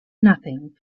nothing